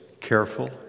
careful